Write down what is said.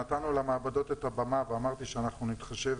נתנו למעבדות את הבמה ואמרתי שאנחנו נתחשב